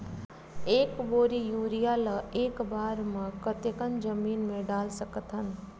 एक बोरी यूरिया ल एक बार म कते कन जमीन म डाल सकत हन?